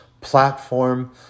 platform